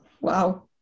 Wow